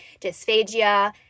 dysphagia